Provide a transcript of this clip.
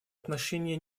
отношения